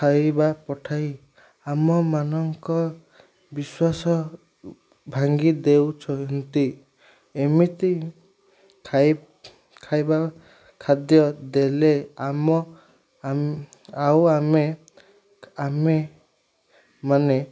ଖାଇବା ପଠାଇ ଆମମାନଙ୍କ ବିଶ୍ୱାସ ଭାଙ୍ଗି ଦେଉଛନ୍ତି ଏମିତି ଖାଇବା ଖାଦ୍ୟ ଦେଲେ ଆମ ଆ ଆଉ ଆମେ ଆମେମାନେ